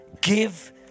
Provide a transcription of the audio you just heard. give